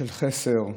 של חסר,